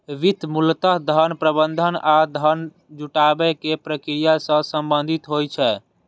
वित्त मूलतः धन प्रबंधन आ धन जुटाबै के प्रक्रिया सं संबंधित होइ छै